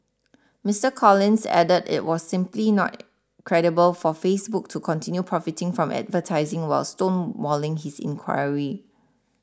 Mister Collins added it was simply not credible for Facebook to continue profiting from advertising while stonewalling his inquiry